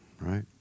right